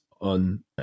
on